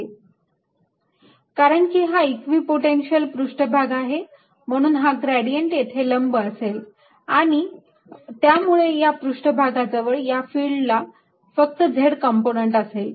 Ezq4π0z z0s2z z0232 zz0s2z z0232 कारण की हा इक्विपोटेन्शियल पृष्ठभाग आहे म्हणून हा ग्रेडियंट येथे लंब असेल आणि त्यामुळे या पृष्ठभागाजवळ या फिल्डला फक्त z कंपोनंट असेल